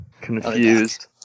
confused